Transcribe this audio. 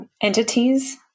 entities